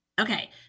Okay